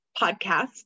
podcast